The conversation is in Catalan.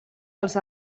els